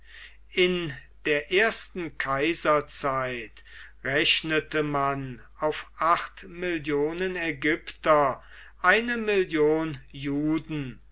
in der ersten kaiserzeit rechnete man auf acht millionen ägypter eine million juden